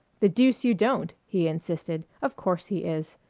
the deuce you don't, he insisted. of course he is.